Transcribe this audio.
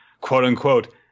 quote-unquote